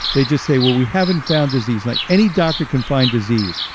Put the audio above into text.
they just say, well, we haven't found disease. like any doctor can find disease.